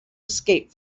escape